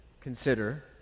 consider